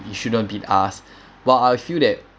you shouldn't beat us while I feel that